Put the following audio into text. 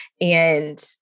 And-